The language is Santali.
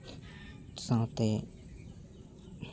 ᱥᱟᱶᱛᱮ